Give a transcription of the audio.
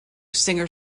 singer